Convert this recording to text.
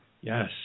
Yes